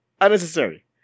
Unnecessary